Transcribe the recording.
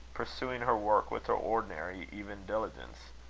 pursuing her work with her ordinary even diligence.